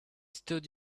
stood